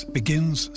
begins